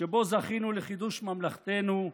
שבו זכינו לחידוש ממלכתנו,